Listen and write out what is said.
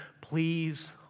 Please